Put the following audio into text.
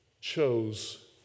chose